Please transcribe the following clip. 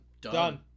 Done